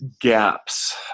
gaps